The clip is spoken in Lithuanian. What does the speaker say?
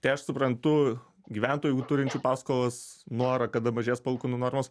tai aš suprantu gyventojų turinčių paskolas norą kada mažės palūkanų normos